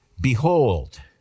Behold